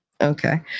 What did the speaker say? okay